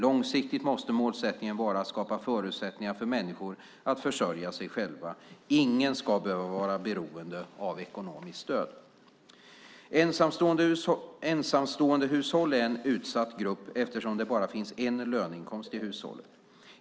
Långsiktigt måste målsättningen vara att skapa förutsättningar för människor att försörja sig själva. Ingen ska behöva vara beroende av ekonomiskt stöd. Ensamståendehushåll är en utsatt grupp eftersom det bara finns en löneinkomst i hushållet.